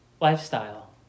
lifestyle